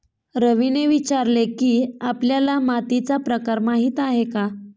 रवीने विचारले की, आपल्याला मातीचा प्रकार माहीत आहे का?